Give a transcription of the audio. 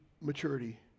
maturity